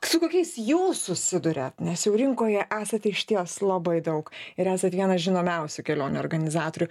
su kokiais jūs susiduriat nes jau rinkoje esate išties labai daug ir esat vienas žinomiausių kelionių organizatorių